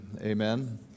amen